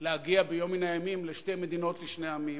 להגיע ביום מן הימים לשתי מדינות לשני עמים,